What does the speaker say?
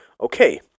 Okay